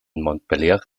montpellier